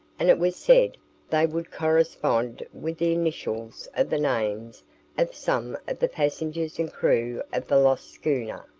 and it was said they would correspond with the initials of the names of some of the passengers and crew of the lost schooner,